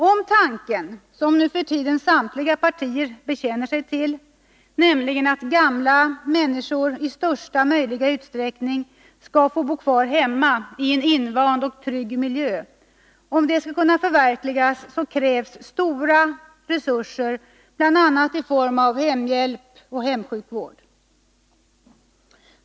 Om tanken, som nu för tiden samtliga partier bekänner sig till, att gamla människor i största möjliga utsträckning skall få bo kvar hemma i en invand och trygg miljö skall kunna förverkligas, krävs stora resurser, bl.a. i form av hemhjälp och hemsjukvård.